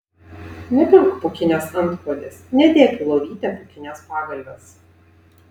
nepirk pūkinės antklodės nedėk į lovytę pūkinės pagalvės